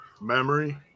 memory